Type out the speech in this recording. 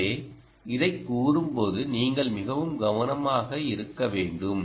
எனவே இதைக் கூறும்போது நீங்கள் மிகவும் கவனமாக இருக்க வேண்டும்